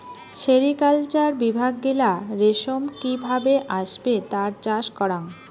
sericulture বিভাগ গিলা রেশম কি ভাবে আসবে তার চাষ করাং